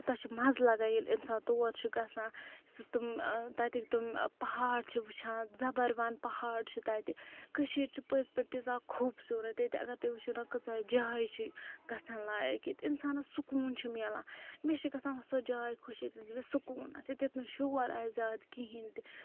کوٗتاہ چھُ مَزٕ لَگان ییٚلہِ اِنسان تور چھُ گَژھان سُہ تِم آ تَتِکۍ تِم پَہاڑ چھِ وُچھان زَبروَن پہاڑ چھِ تَتہِ کٔشیٖرِ چھِ پٔزۍ پٲٹھۍ تیٖژاہ خوٗبصوٗرت ییٚتہِ اگر تُہۍ وُچھِو نا کۭژاہ جاے چھِ گَژھان لایق ییٚتہِ اِنسانَس سکوٗن چھُ میلان مےٚ چھِ گژھان سۄ جاے خۄش ییٚتٮ۪تھ سکوٗن آسہِ یَتیٚتھ نہٕ شور آسہِ زیادٕ کِہیٖنٛۍ تہِ